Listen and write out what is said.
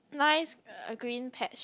nice a green patch